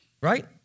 Right